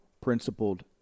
principled